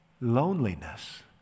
loneliness